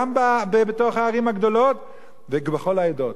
גם בתוך הערים הגדולות ובכל העדות.